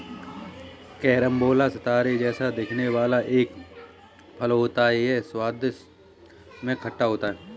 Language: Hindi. कैरम्बोला सितारे जैसा दिखने वाला एक फल होता है यह स्वाद में खट्टा होता है